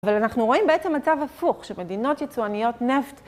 אבל אנחנו רואים בעצם מצב הפוך שמדינות יצואניות נפט